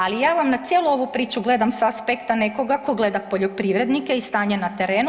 Ali ja vam na cijelu ovu priču gledam sa aspekta nekoga ko gleda poljoprivrednike i stanje na terenu.